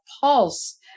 pulse